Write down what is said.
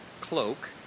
cloak